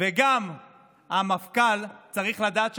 וגם המפכ"ל צריך לדעת